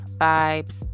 vibes